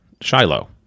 Shiloh